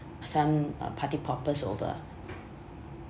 some uh party poppers over